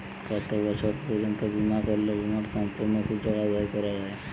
কত বছর পর্যন্ত বিমা করলে বিমার সম্পূর্ণ সুযোগ আদায় করা য়ায়?